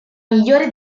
migliore